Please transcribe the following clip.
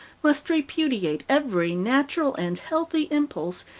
must repudiate every natural and healthy impulse,